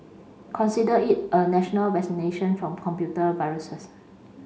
consider it a national vaccination from computer viruses